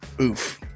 Oof